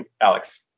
Alex